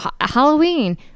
Halloween